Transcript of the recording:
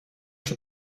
czy